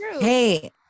Hey